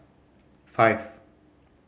five